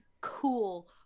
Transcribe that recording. cool